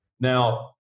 Now